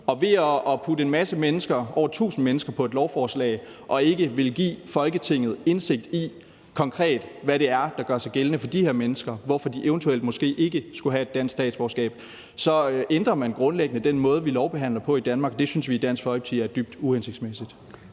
Og ved at putte en masse mennesker, over 1.000 mennesker, på et lovforslag og ikke ville give Folketinget indsigt i, hvad det konkret er, der gør sig gældende for de her mennesker, og hvorfor de eventuelt måske ikke skulle have dansk statsborgerskab, ændrer man grundlæggende den måde, vi lovbehandler på i Danmark. Det synes vi i Dansk Folkeparti er dybt uhensigtsmæssigt.